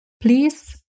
please